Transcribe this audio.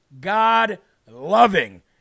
God-loving